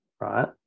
Right